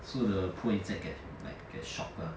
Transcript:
so the whole insect get like get shocked lah